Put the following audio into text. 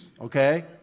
Okay